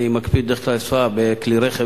אני מקפיד לנסוע בכלי-רכב,